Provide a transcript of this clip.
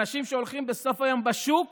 אנשים שהולכים בסוף היום לשוק